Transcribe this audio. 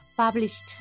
Published